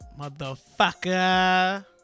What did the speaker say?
motherfucker